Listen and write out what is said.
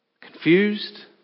Confused